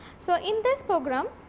so, in this program